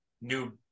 new